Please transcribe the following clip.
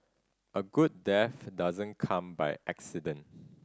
a good death doesn't come by accident